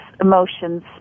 emotions